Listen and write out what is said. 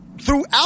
throughout